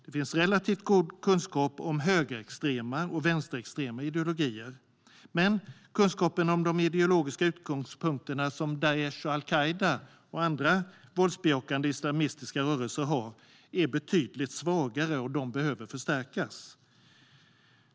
Det finns relativt god kunskap om högerextrema och vänsterextrema ideologier, men kunskapen om de ideologiska utgångspunkterna för Daish och al-Qaida och andra våldsbejakande islamistiska rörelser är betydligt svagare och behöver förstärkas.